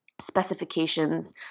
specifications